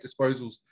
disposals